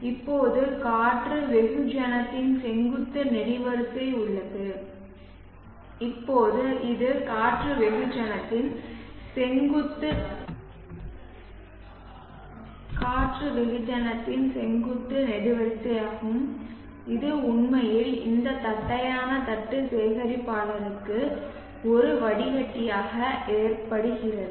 இப்போது காற்று வெகுஜனத்தின் செங்குத்து நெடுவரிசை உள்ளது இப்போது இது காற்று வெகுஜனத்தின் செங்குத்து நெடுவரிசையாகும் இது உண்மையில் இந்த தட்டையான தட்டு சேகரிப்பாளருக்கு ஒரு வடிகட்டியாக ஏற்படுகிறது